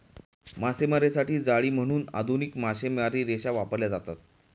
मासेमारीसाठी जाळी म्हणून आधुनिक मासेमारी रेषा वापरल्या जातात